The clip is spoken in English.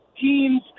teams